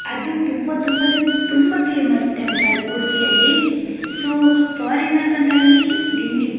ಅದು ತುಂಬ ತುಂಬ ಅಂದರೆ ತುಂಬ ಫೇಮಸ್ ಟೆಂಪಲ್ ಉಡುಪಿಯಲ್ಲಿ ಸೊ ಫಾರಿನರ್ಸಂತೂ ಅಲ್ಲಿ ಡಿನ್ಗ್